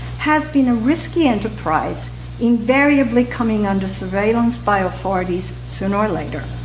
has been a risky enterprise invariably coming under surveillance by authorities sooner or later.